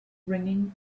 ringing